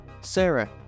Sarah